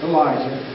Elijah